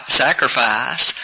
sacrifice